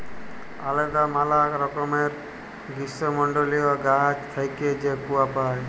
আলেদা ম্যালা রকমের গীষ্মমল্ডলীয় গাহাচ থ্যাইকে যে কূয়া পাই